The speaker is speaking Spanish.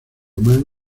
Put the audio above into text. omán